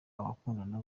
abakundana